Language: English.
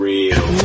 Real